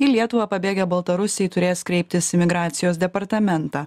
į lietuvą pabėgę baltarusiai turės kreiptis į migracijos departamentą